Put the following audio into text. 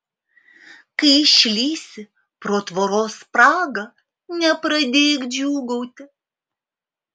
kai išlįsi pro tvoros spragą nepradėk džiūgauti